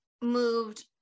moved